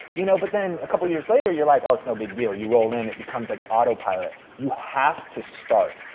you know, but then, a couple years later, you're like, oh, it's no big deal, you roll in, it becomes like autopilot. you have to start.